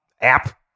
app